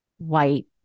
White